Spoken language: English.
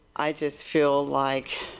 i just feel like